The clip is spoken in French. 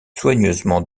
soigneusement